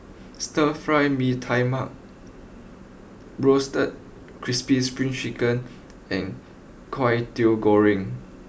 Stir Fried Mee Tai Mak Roasted Crispy Spring Chicken and Kway Teow Goreng